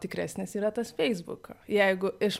tikresnis yra tas facebook jigu iš